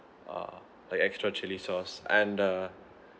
err like extra chili sauce and uh